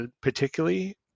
particularly